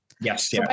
Yes